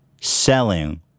selling